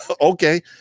okay